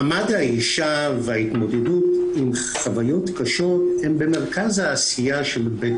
מעמד האישה וההתמודדות עם חוויות קשות הם במרכז העשייה של בית